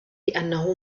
لأنه